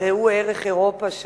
ראו ערך: אירופה,